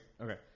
Okay